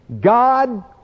God